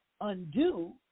undo